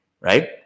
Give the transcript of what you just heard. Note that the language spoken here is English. right